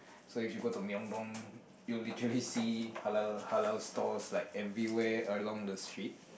so if you go to Myeongdong you'll literally see halal halal stalls like everywhere along the street